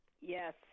yes